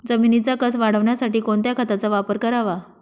जमिनीचा कसं वाढवण्यासाठी कोणत्या खताचा वापर करावा?